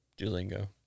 Duolingo